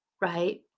right